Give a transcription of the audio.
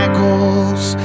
goals